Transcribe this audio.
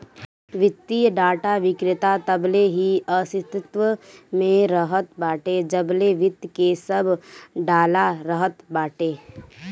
वित्तीय डाटा विक्रेता तबले ही अस्तित्व में रहत बाटे जबले वित्त के सब डाला रहत बाटे